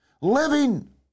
living